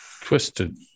Twisted